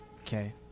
Okay